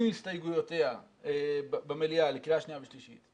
עם הסתייגויותיה במליאה לקריאה שנייה ושלישית,